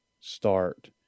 start